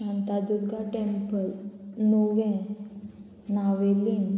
Shantadurga temple Nuvem Navelim